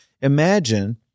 imagine